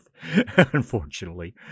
unfortunately